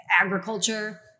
agriculture